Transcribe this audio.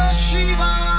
shiva.